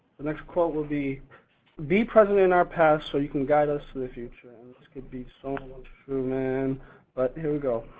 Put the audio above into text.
the next quote will be be present in our past so you can guide us to the future. and this could be so sort of true, man, but here we go.